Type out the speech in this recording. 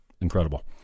incredible